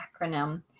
acronym